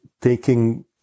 taking